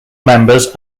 members